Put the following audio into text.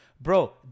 Bro